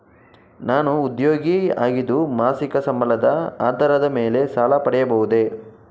ನಾನು ಉದ್ಯೋಗಿ ಆಗಿದ್ದು ಮಾಸಿಕ ಸಂಬಳದ ಆಧಾರದ ಮೇಲೆ ಸಾಲ ಪಡೆಯಬಹುದೇ?